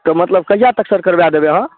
तऽ मतलब कहिआ तक सर करबाय देबै अहाँ